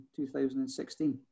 2016